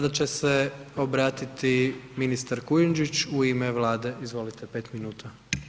Sada će se obratiti ministar Kujundžić u ime Vlade, izvolite 5 minuta.